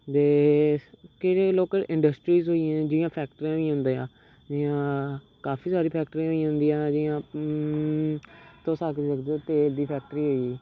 ते केह्ड़े local industries होई गेइयां जियां फैक्ट्रियां होई जियां काफी सारियां फैक्ट्रियां होई जंदियां जियां तुस आखी सकदे ओ जियां तेल दी फैक्टरी होई गेई